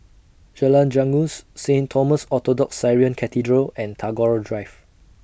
Jalan Janggus Saint Thomas Orthodox Syrian Cathedral and Tagore Drive